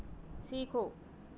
सीखो